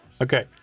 Okay